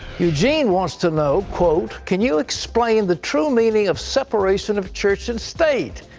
eugene wants to know, quote, can you explain the true meaning of separation of church and state?